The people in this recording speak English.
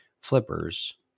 flippers